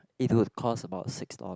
it would cost about six doll~